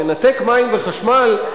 לנתק מים וחשמל,